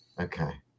Okay